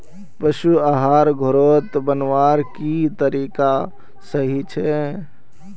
पशु आहार घोरोत बनवार की तरीका सही छे?